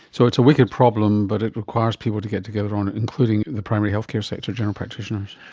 so it's a wicked problem but it requires people to get together on it, including the primary health care sector, general practitioners.